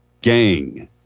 gang